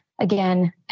again